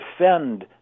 defend